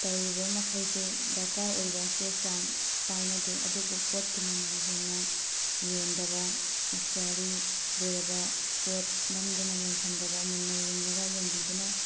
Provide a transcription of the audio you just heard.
ꯇꯧꯔꯤꯕ ꯃꯈꯩꯁꯦ ꯗꯔꯀꯥꯔ ꯑꯣꯏꯕ ꯆꯦ ꯆꯥꯡ ꯄꯥꯏꯅꯗꯦ ꯑꯗꯨꯕꯨ ꯄꯣꯠꯀꯤ ꯃꯃꯟ ꯍꯦꯟꯅ ꯌꯣꯟꯗꯕ ꯑꯦꯛꯁꯄꯤꯌꯥꯔꯤ ꯂꯣꯏꯔꯕ ꯄꯣꯠ ꯅꯝꯗꯨꯅ ꯌꯣꯟꯁꯟꯗꯕ ꯃꯨꯟꯅ ꯌꯦꯡꯂꯒ ꯌꯣꯟꯕꯤꯗꯨꯅ